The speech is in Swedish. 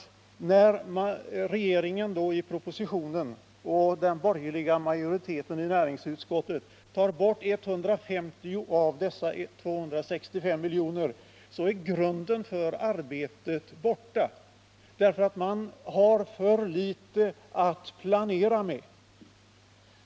När regeringen i propositionen och den borgerliga majoriteten i näringsutskottets betänkande tar bort 150 av dessa 265 miljoner är, anser man, grunden för arbetet borta. Man har då för litet att planera med.